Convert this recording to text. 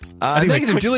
Negative